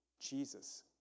Jesus